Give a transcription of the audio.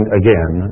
again